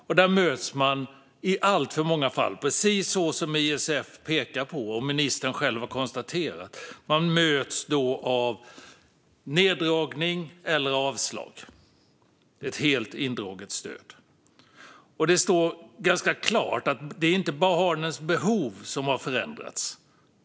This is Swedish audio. Och där möts man i alltför många fall, precis som ISF pekar på och ministern själv har konstaterat, av neddragning eller avslag, alltså helt indraget stöd. Det står ganska klart att det inte är barnens behov som har förändrats.